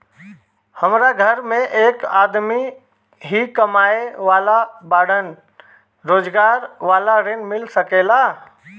हमरा घर में एक आदमी ही कमाए वाला बाड़न रोजगार वाला ऋण मिल सके ला?